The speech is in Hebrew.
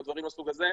או דברים מן הסוג הזה,